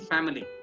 Family